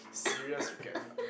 serious regrets lah